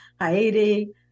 Haiti